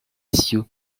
cieux